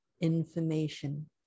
information